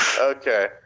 Okay